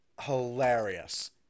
hilarious